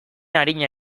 arina